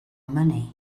money